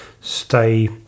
stay